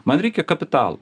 man reikia kapitalo